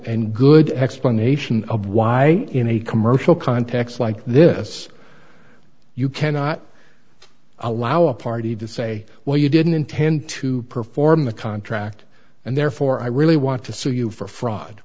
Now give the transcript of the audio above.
and good explanation of why in a commercial context like this you cannot allow a party to say well you didn't intend to perform the contract and therefore i really want to sue you for fraud